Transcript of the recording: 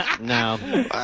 No